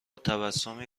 تبسمی